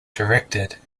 directed